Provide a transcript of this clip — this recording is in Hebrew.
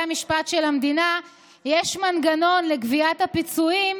המשפט של המדינה יש מנגנון לגביית הפיצויים,